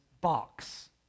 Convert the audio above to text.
box